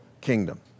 kingdom